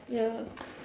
ya